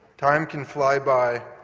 time can fly by,